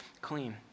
clean